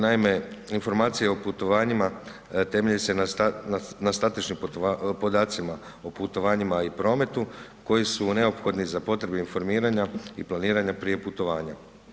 Naime, informacija o putovanjima temelji se na statičnim podacima o putovanjima i prometu koji su neophodni za potrebe informiranja i planiranja prije putovanja.